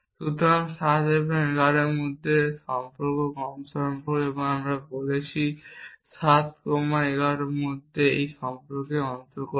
সুতরাং এটি 7 এবং 11 এর মধ্যে সম্পর্ক কম সম্পর্ক এবং আমরা বলছি 7 কোমা 11 এই সম্পর্কের অন্তর্গত